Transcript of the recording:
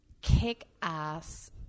kick-ass